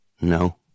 No